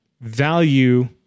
value